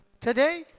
today